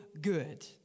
good